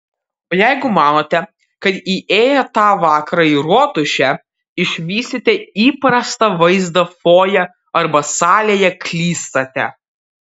o jeigu manote kad įėję tą vakarą į rotušę išvysite įprastą vaizdą fojė arba salėje klystate